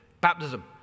baptism